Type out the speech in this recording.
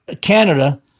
Canada